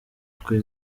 twe